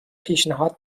پیشنهاد